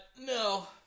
No